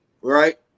right